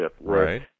Right